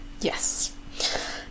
Yes